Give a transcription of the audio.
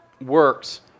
works